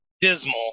dismal